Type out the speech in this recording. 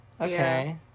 Okay